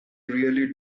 really